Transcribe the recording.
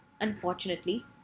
unfortunately